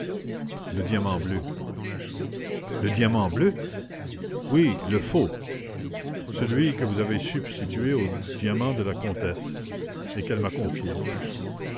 le diamant bleu le diamant bleu oui le faux celui que vous avez substitué au diamant de la comtesse et qu'elle m'a confié